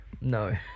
No